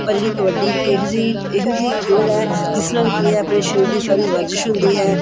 ਪਰ ਜਿਹੜੀ ਕਬੱਡੀ ਇੱਕ ਇਹੋ ਜਿਹੀ ਇਹੋ ਜਿਹੀ ਖੇਡ ਹੈ ਜਿਸ ਨਾਲ ਕੀ ਹੈ ਆਪਣੇ ਸਰੀਰ ਦੀ ਸਾਰੀ ਵਰਜਿਸ਼ ਹੁੰਦੀ ਹੈ